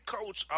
Coach